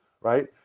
right